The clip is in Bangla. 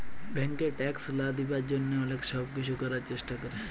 ব্যাংকে ট্যাক্স লা দিবার জ্যনহে অলেক ছব কিছু ক্যরার চেষ্টা ক্যরে